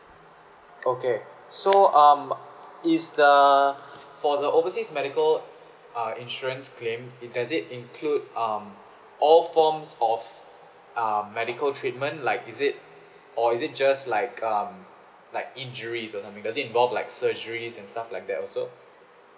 okay so um is the for the overseas medical uh insurance claim it does it include um all forms of uh medical treatment like is it or is it just like um like injuries or something does it involve like surgeries and stuff like that also